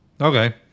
Okay